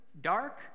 dark